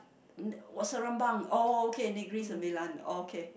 n~ Seremban oh okay Negeri Sembilan oh okay